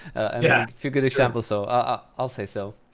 a yeah few good examples. so ah i'll say so.